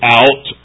out